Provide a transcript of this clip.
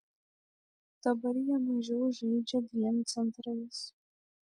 dabar jie mažiau žaidžia dviem centrais